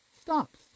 stops